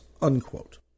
unquote